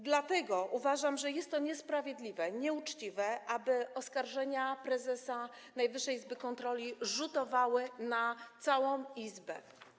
Dlatego uważam, że jest to niesprawiedliwe, nieuczciwe, aby oskarżenia dotyczące prezesa Najwyższej Izby Kontroli rzutowały na całą Izbę.